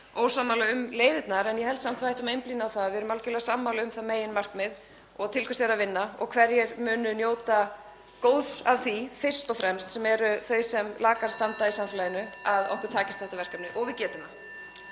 ósammála um leiðirnar. Ég held samt að við ættum að einblína á það að við erum algerlega sammála um meginmarkmiðið og til hvers er að vinna og hverjir munu njóta góðs (Forseti hringir.) af því fyrst og fremst, sem eru þau sem lakast standa í samfélaginu, að okkur takist þetta verkefni og við getum það.